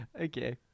Okay